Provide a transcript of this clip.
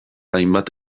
hainbat